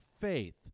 faith